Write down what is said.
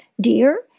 dear